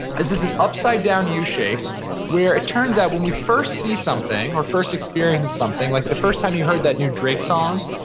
is this this upside down u shape where it turns out, when we first see something, or first experience something, like the first time you heard that new drake song.